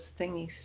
thingies